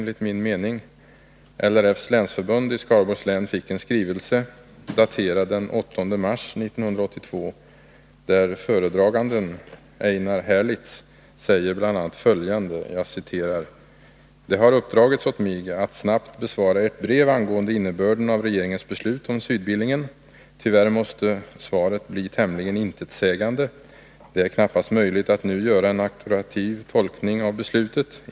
LRF:s länsförbund i Skaraborgs län fick en skrivelse, daterad den 8 mars 1982, där föredraganden Einar Herlitz säger bl.a. följande: ”Det har uppdragits åt mig att snabbt besvara Ert brev angående innebörden av regeringens beslut om Sydbillingen. Tyvärr måste svaret bli tämligen intetsägande. Det är knappast möjligt att nu göra en auktoritativ tolkning av beslutet.